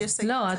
לא.